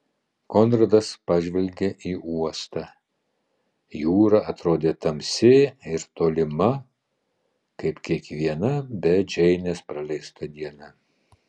konradas pažvelgė į uostą jūra atrodė tamsi ir tolima kaip kiekviena be džeinės praleista diena